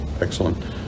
excellent